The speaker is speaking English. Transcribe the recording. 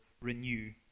renew